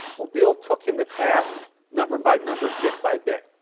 well biele took him to task number by number, bit by bit.